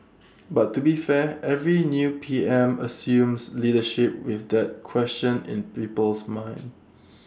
but to be fair every new P M assumes leadership with that question in people's minds